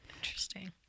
Interesting